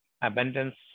abundance